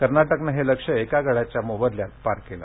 कर्नाटकनं हे लक्ष्य एका गड़्याच्या मोबदल्यात पार केलं